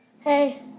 Hey